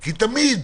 כי תמיד,